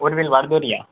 Urvil Vardoliya